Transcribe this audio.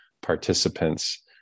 participants